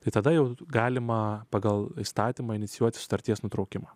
tai tada jau galima pagal įstatymą inicijuoti sutarties nutraukimą